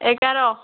ଏଗାର